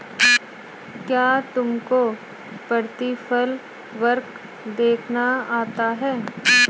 क्या तुमको प्रतिफल वक्र देखना आता है?